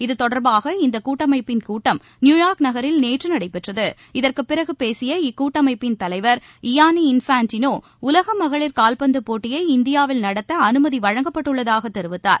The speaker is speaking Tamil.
இத்தொடர்பாக இந்த கூட்டமைப்பின் கூட்டம் நியூயார்க் நகரில் நேற்று நடைபெற்றது இதற்கு பிறகு பேசிய இக்கூட்மைப்பின் தலைவர் இயானி இன்ஃபான்டினோ உலக மகளிர் காவ்பந்து போட்டியை இந்தியாவில் நடத்த அனுமதி வழங்கப்பட்டுள்ளதாக அவர் தெரிவித்தார்